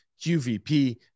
QVP